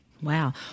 Wow